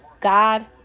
God